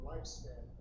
Lifespan